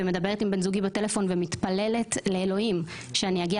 מדברת עם בן זוגי בטלפון ומתפללת לאלוהים שאגיע